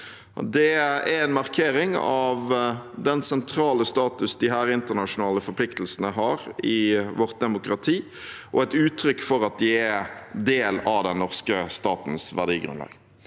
Det er en markering av den sentrale status disse internasjonale forpliktelsene har i vårt demokrati, og et uttrykk for at de er del av den norske statens verdigrunnlag.